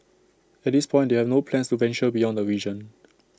at this point they have no plans to venture beyond the region